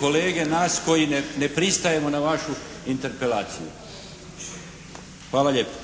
kolege nas koji ne pristajemo na vašu interpelaciju. Hvala lijepo.